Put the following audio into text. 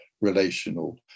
relational